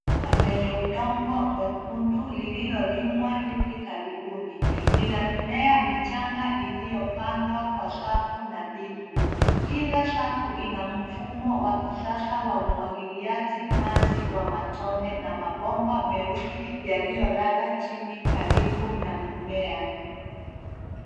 Shamba lenye udongo mwekundu lililolimwa hivi karibuni. Lina mimea michanga iliyopandwa kwa safu nadhifu, kila safu ina mfumo wa kisasa wa umwagiliaji maji wa matone na mabomba meusi yaliyolala chini karibu na mmea.